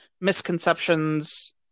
misconceptions